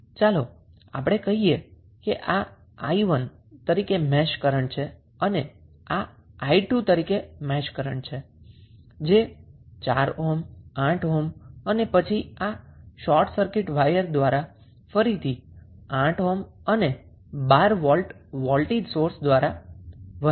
ચાલો આપણે કહીએ કે આ મેશ કરન્ટ 𝑖1 છે અને આ મેશ કરન્ટ 𝑖2 છે જે 4 ઓહ્મ 8 ઓહ્મ અને પછી આ શોર્ટ સર્કિટ વાયર દ્વારા ફરી 8 ઓહ્મ અને 12 વોલ્ટ સોર્સ માથી વહે છે